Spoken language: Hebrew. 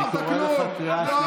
אני קורא אותך קריאה שלישית.